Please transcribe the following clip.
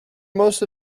most